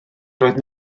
doedd